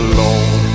Alone